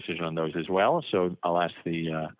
decision on those as well so i'll ask the